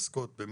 שמתעסקות עם